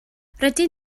rydyn